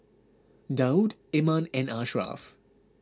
Daud Iman and Ashraf